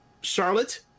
Charlotte